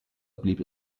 blieb